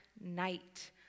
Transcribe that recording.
night